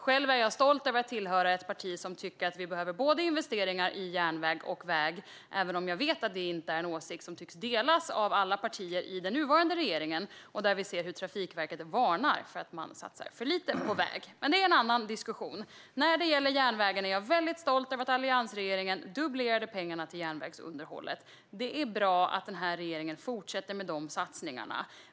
Själv är jag stolt över att tillhöra ett parti som tycker att vi behöver investeringar i både järnväg och väg, även om det är en åsikt som inte tycks delas av alla partier i den nuvarande regeringen. Trafikverket varnar för att man satsar för lite på väg. Men det är en annan diskussion. När det gäller järnvägen är jag väldigt stolt över att alliansregeringen dubblerade pengarna till järnvägsunderhållet. Det är bra att den här regeringen fortsätter med de satsningarna.